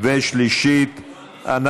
71 בעד,